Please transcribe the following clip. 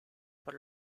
por